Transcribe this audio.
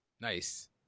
nice